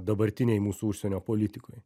dabartinėj mūsų užsienio politikoj